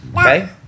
Okay